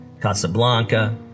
Casablanca